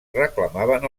reclamaven